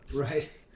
Right